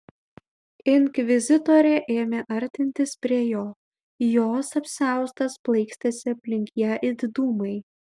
inkvizitorė ėmė artintis prie jo jos apsiaustas plaikstėsi aplink ją it dūmai